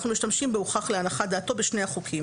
אנחנו משתמשים ב"הוכח להנחת דעתו" בשני החוקים.